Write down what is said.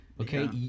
Okay